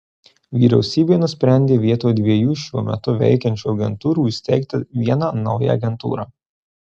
vyriausybė nusprendė vietoj dviejų šiuo metu veikiančių agentūrų įsteigti vieną naują agentūrą